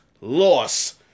loss